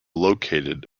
located